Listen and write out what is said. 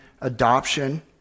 adoption